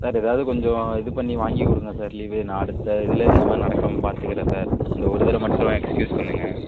sir எதாவது கொஞ்சம் இது பண்ணி வாங்கி கொடுங்க சார் லீவு நான் அடுத்த இதில் இந்த மாதிரி நடக்காமல் பார்த்துக்குறன் சார் இந்த ஒரு தடவ மட்டும் எக்ஸ்கியூஸ் பண்ணுங்கள்